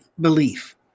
belief